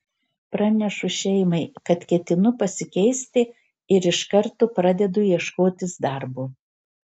pranešu šeimai kad ketinu pasikeisti ir iš karto pradedu ieškotis darbo